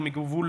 הסכמנו,